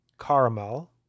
caramel